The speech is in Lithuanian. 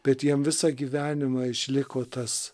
bet jiem visą gyvenimą išliko tas